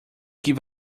give